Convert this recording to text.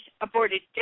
aborted